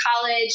college